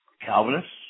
Calvinists